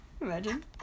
Imagine